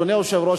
אדוני היושב-ראש,